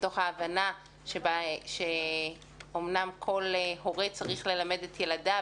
מתוך ההבנה שאומנם כל הורה צריך ללמד את ילדיו,